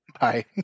Bye